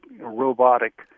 robotic